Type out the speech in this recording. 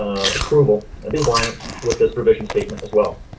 approval and the clients with this provision statement as well.